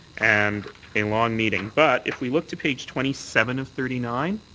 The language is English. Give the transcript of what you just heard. and a long meeting. but if we look to page twenty seven of thirty nine,